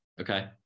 okay